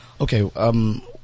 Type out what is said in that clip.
Okay